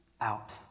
out